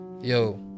Yo